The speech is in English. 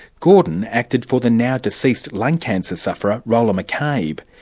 gordon acted for the now-deceased lung cancer sufferer rolah mccabe.